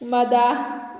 ꯃꯗꯥ